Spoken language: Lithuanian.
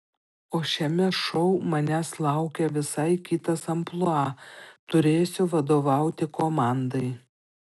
o šiame šou manęs laukia visai kitas amplua turėsiu vadovauti komandai